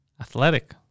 Athletic